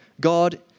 God